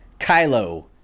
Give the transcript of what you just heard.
Kylo